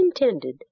intended